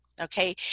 Okay